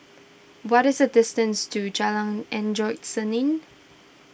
what is the distance to Jalan Endut Senin